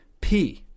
P-